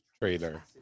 trailer